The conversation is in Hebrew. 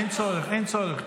אין צורך, אין צורך.